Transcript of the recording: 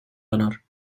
honor